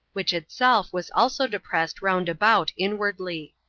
which itself was also depressed round about inwardly.